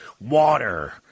water